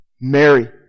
Mary